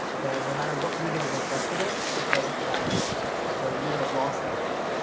then no matter what you would have invested in, it doesn't matter and you would have lost anyway.